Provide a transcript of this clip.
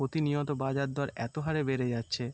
প্রতিনিয়ত বাজার দর এত হারে বেড়ে যাচ্ছে